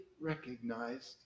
recognized